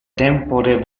tempore